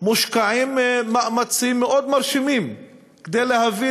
מושקעים מאמצים מאוד מרשימים כדי להביא